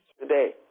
today